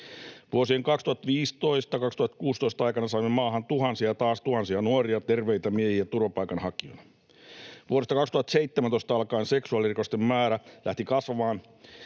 Vuosien 2015—2016 aikana saimme maahan tuhansia ja taas tuhansia nuoria terveitä miehiä turvapaikanhakijoina. Vuodesta 2017 alkaen seksuaalirikosten määrä lähti kasvamaan